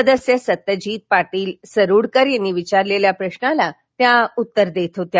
सदस्य सत्यजीत पाटील सरुडकर यांनी विचारलेल्या प्रश्नाला त्या उत्तर देत होत्या